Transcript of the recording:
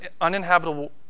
uninhabitable